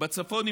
בצפון,